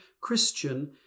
Christian